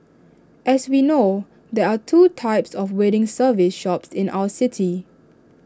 as we know there are two types of wedding service shops in our city